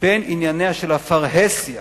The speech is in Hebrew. בין ענייניה של הפרהסיה